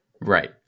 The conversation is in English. right